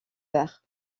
vert